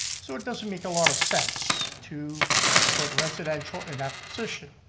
so it doesn't make a lot of sense to put residential in that position.